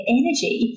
energy